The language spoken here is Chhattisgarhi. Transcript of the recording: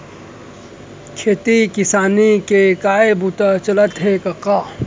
खेती किसानी के काय बूता चलत हे कका?